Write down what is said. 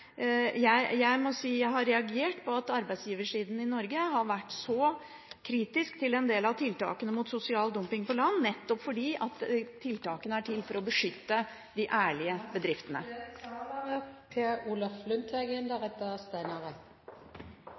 jeg er en styrke for saken. Jeg må si at jeg har reagert på at arbeidsgiversiden i Norge har vært så kritisk til en del av tiltakene mot sosial dumping på land – nettopp fordi tiltakene er til for å beskytte de ærlige bedriftene.